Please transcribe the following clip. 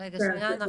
שנייה.